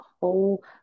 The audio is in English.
whole